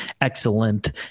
excellent